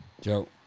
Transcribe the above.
Joe